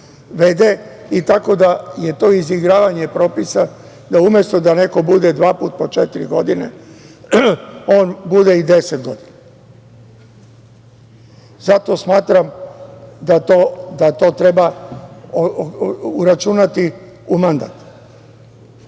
i tako da je to izigravanje propisa. Umesto da neko bude dva puta po četiri godine, on bude i deset godina. Zato smatram da to treba uračunati u mandat. Mislim